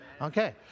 Okay